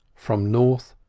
from north,